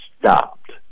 stopped